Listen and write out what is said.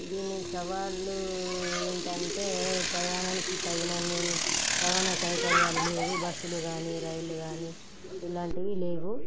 దీని సవాళ్ళు ఏంటంటే ప్రయాణానికి తగినన్ని రవాణా సౌకర్యాలు లేవు బస్సులు కానీ రైళ్లు కానీ ఇలాంటివి లేవు